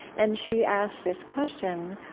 and she asks this question,